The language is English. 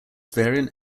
variant